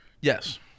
Yes